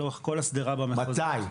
לאורך כל השדרה במחוזית --- מתי?